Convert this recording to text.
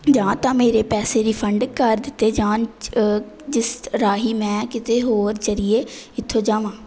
ਜਾਂ ਤਾਂ ਮੇਰੇ ਪੈਸੇ ਰਿਫੰਡ ਕਰ ਦਿੱਤੇ ਜਾਣ ਜਿਸ ਰਾਹੀਂ ਮੈਂ ਕਿਤੇ ਹੋਰ ਜ਼ਰੀਏ ਇੱਥੋਂ ਜਾਵਾਂ